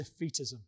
defeatism